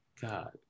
God